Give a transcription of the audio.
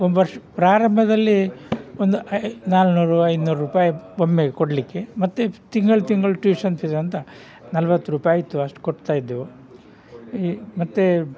ಒಂದು ವರ್ಷ ಪ್ರಾರಂಭದಲ್ಲಿ ಒಂದು ಐ ನಾಲ್ಕ್ನೂರು ಐನೂರು ರೂಪಾಯಿ ಒಮ್ಮೆಗೆ ಕೊಡಲಿಕ್ಕೆ ಮತ್ತೆ ತಿಂಗಳು ತಿಂಗಳು ಟ್ಯೂಷನ್ ಫೀಸ್ ಅಂತ ನಲ್ವತ್ತು ರೂಪಾಯಿ ಇತ್ತು ಅಷ್ಟು ಕೊಡ್ತಾಯಿದ್ದೆವು ಈ ಮತ್ತೆ